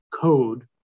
code